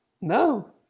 no